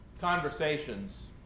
conversations